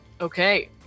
Okay